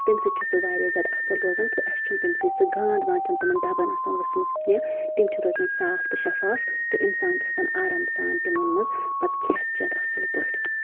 تَمہِ سۭتۍ چھُ سُہ واریاہ زیادٕ اَصٕل روزان تہٕ اَسہِ چھُ نہٕ تَمہِ سۭتۍ سۄ گانٛد وانٛد چھنہٕ تِمن ڈَبن آسان ؤژھ مٕژ کیٚنٛہہ تِم چھِ روزان صاف تہٕ شفاف تہٕ اِنسان چھُ ہٮ۪کان آرام سان تِمن منٛز پَتہٕ کھٮ۪تھ چٮ۪تھ اَصٕل پٲٹھۍ